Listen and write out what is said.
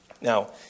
Now